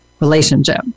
relationship